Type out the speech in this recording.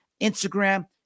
Instagram